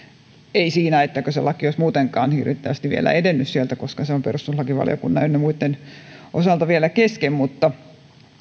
ei siinä että se laki olisi muutenkaan hirvittävästi edennyt sieltä koska se on perustuslakivaliokunnan ynnä muitten osalta vielä kesken mutta